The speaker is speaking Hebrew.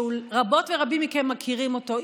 שרבות ורבים מכם מכירים אותו,